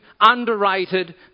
underrated